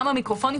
כמה מיקרופונים,